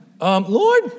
Lord